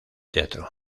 teatro